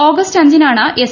August അഞ്ചിനാണ് S